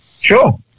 Sure